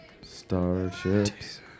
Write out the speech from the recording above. Starships